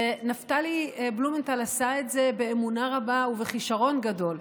ונפתלי בלומנטל עשה את זה באמונה רבה ובכישרון גדול,